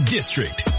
District